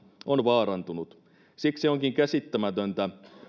on vaarantunut siksi onkin käsittämätöntä